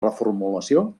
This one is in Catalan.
reformulació